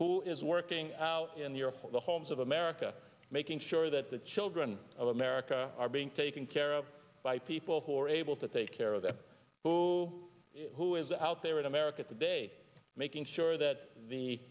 who is working in the er for the homes of america making sure that the children of america are being taken care of by people who are able to take care of the who who is out there in america today making sure that the